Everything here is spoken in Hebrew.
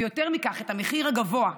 ויותר מכך, את המחיר הגבוה.